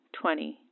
twenty